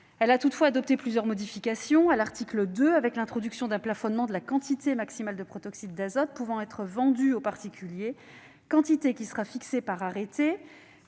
Elle a toutefois adopté plusieurs modifications à l'article 2, notamment en introduisant un plafonnement de la quantité maximale de protoxyde d'azote pouvant être vendue aux particuliers, plafond qui sera fixé par arrêté